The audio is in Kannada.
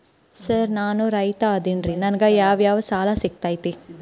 ಸರ್ ನಾನು ರೈತ ಅದೆನ್ರಿ ನನಗ ಯಾವ್ ಯಾವ್ ಸಾಲಾ ಸಿಗ್ತೈತ್ರಿ?